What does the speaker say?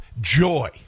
joy